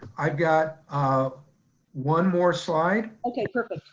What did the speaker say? i've got um one more slide. okay, perfect.